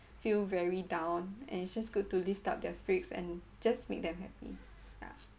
feel very down and it's just good to lift up their spirit and just make them happy ya